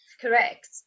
Correct